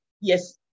Yes